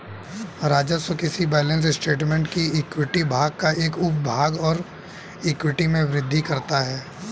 राजस्व किसी balance statement में इक्विटी भाग का एक उपभाग है और इक्विटी में वृद्धि करता है